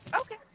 Okay